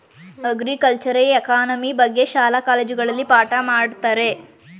ಅಗ್ರಿಕಲ್ಚರೆ economy ಬಗ್ಗೆ ಶಾಲಾ ಕಾಲೇಜುಗಳಲ್ಲಿ ಪಾಠ ಮಾಡತ್ತರೆ